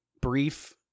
brief